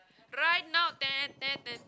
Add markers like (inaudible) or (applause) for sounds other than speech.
right now (noise)